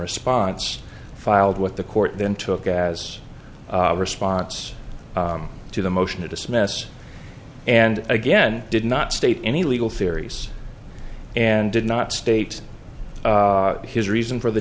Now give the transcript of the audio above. response filed with the court then took as a response to the motion to dismiss and again did not state any legal theories and did not state his reason for the